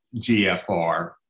GFR